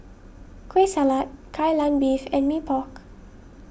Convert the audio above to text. Kueh Salat Kai Lan Beef and Mee Pok